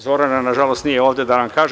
Zorana na žalost nije ovde da vam kaže.